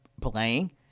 playing